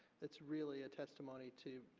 it's really a testimony to